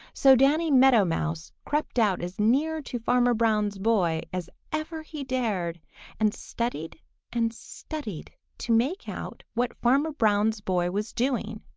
so danny meadow mouse crept out as near to farmer brown's boy as ever he dared and studied and studied to make out what farmer brown's boy was doing.